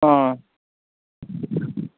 ꯑꯥ